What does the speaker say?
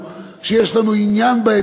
שיש לנו עניין בהם,